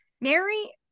Mary